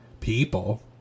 people